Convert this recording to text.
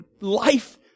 life